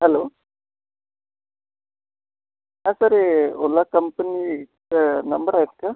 hello sir हे उल्हास कंपनीचा number आहेत का